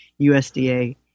USDA